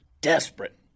desperate